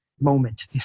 moment